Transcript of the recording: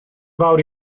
fawr